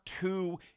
two